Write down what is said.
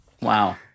Wow